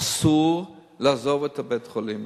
אסור לעזוב את בית-החולים,